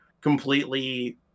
completely